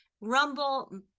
rumble